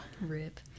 rip